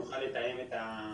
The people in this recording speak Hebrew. על מנת שנוכל לתאם את הגופים.